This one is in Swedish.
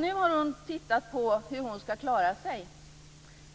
Nu har hon tittat på hur hon ska klara sig.